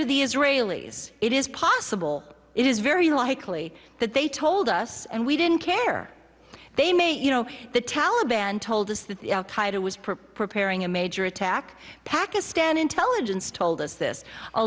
to the israelis it is possible it is very likely that they told us and we didn't care they may you know the taliban told us that the al qaeda was preparing a major attack pakistan intelligence told us this a